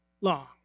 long